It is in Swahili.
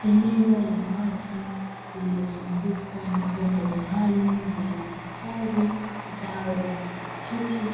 Eneo la wazi lililozungukwa na vyombo maalumu vilivyohifadhi zao la maparachichi,